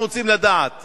אנחנו רוצים לדעת